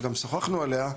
שגם שוחחנו עליה,